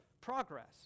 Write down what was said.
progress